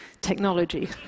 technology